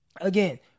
again